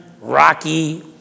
rocky